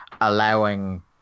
allowing